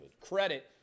Credit